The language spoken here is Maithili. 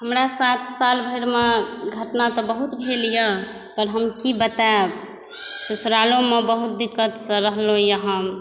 हमरा ससुरालमे घटना तऽ बहुत भेल यऽ पर हम की बताएब ससुरालोमे बहुत दिक्कतसँ रहलहुँ हैं हम